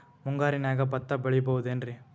ಮುಂಗಾರಿನ್ಯಾಗ ಭತ್ತ ಬೆಳಿಬೊದೇನ್ರೇ?